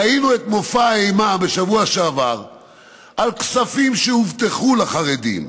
ראינו את מופע האימה בשבוע שעבר על כספים שהובטחו לחרדים,